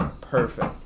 perfect